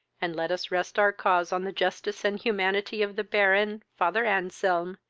and let us rest our cause on the justice and humanity of the baron, father anselm,